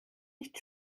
nicht